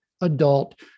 adult